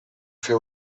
fer